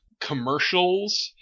commercials